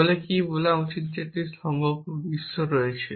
তাহলে কি বলা উচিত যে একটি সম্ভাব্য বিশ্ব আছে